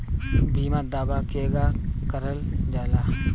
बीमा दावा केगा करल जाला?